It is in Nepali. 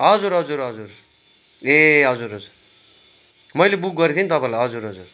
हजुर हजुर हजुर ए हजुर हजुर मैले बुक गरेको थिएँ नि तपाईँलाई हजुर हजुर